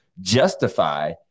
justify